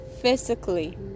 physically